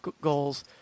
goals